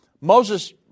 Moses